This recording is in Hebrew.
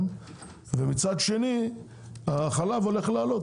עכשיו גם מחיר החלב הולך לעלות.